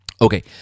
okay